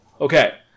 Okay